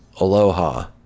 Aloha